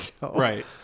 right